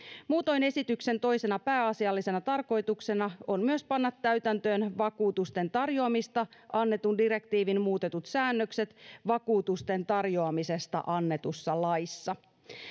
muutoin esityksen toisena pääasiallisena tarkoituksena on panna täytäntöön vakuutusten tarjoamisesta annetun direktiivin muutetut säännökset vakuutusten tarjoamisesta annetussa laissa